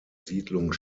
siedlung